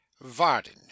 Varden